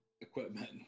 equipment